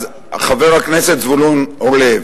חבר הכנסת זבולון אורלב,